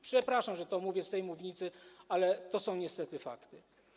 Przepraszam, że mówię to z tej mównicy, ale to są niestety fakty.